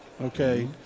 Okay